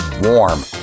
warm